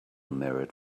mirrored